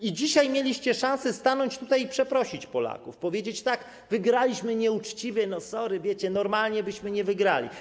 I dzisiaj mieliście szansę stanąć tutaj i przeprosić Polaków, powiedzieć tak: Wygraliśmy nieuczciwie, sorry, wiecie, normalnie byśmy nie wygrali.